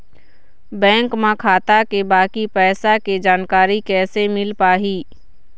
Bank म खाता के बाकी पैसा के जानकारी कैसे मिल पाही?